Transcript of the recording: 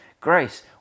grace